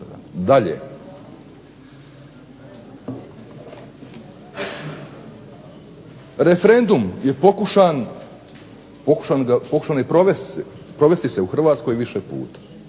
dalje. Referendum je pokušan i provesti se u Hrvatskoj više puta.